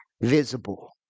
visible